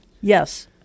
yes